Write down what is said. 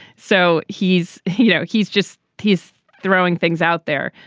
so he's you know he's just he's throwing things out there.